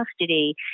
custody